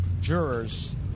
jurors